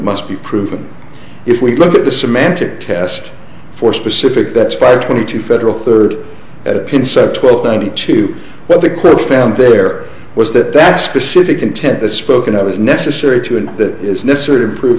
must be proven if we look at the semantic test for specific that fire twenty two federal third at a pin sept twelfth ninety two but the clerk found there was that that specific intent that spoken of is necessary to and that is necessary to prove